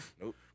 Nope